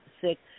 six